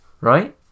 right